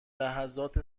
لحظات